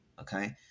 Okay